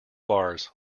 bars